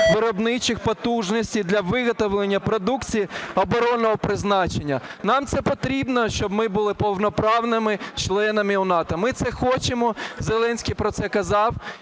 виробничих потужностей для виготовлення продукції оборонного призначення. Нам це потрібно, щоб ми були повноправними членами НАТО, ми це хочемо, Зеленський про це казав,